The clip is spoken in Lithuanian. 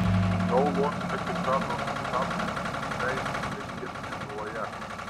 šou londone kaip žada organizatoriai nenusileis rengtiems lietuvoje